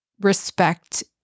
respect